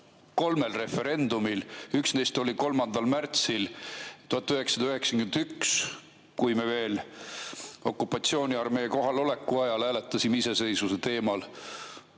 kolmel referendumil, üks neist oli 3. märtsil 1991, kui me veel okupatsiooniarmee kohaloleku ajal hääletasime iseseisvuse teemal,